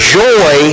joy